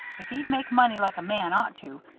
if he'd make money like a man ought to,